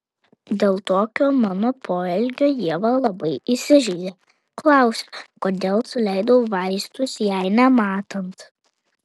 dėl tokio mano poelgio ieva labai įsižeidė klausė kodėl suleidau vaistus jai nematant